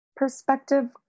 perspective